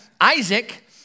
Isaac